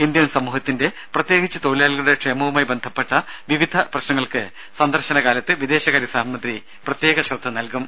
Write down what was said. Indian സമൂഹത്തിന്റെ പ്രത്യേകിച്ച് തൊഴിലാളികളുടെ ക്ഷേമവുമായി ബന്ധപ്പെട്ട വിവിധ പ്രശ്നങ്ങൾക്ക് സന്ദർശന കാലത്ത് വിദേശകാര്യ സഹമന്ത്രി പ്രത്യേക ശ്രദ്ധ നൽകും